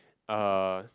uh